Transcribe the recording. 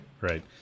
Right